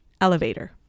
elevator